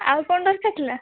ଆଉ କ'ଣ ଦରକାର ଥିଲା